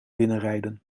binnenrijden